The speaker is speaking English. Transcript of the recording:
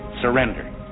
Surrender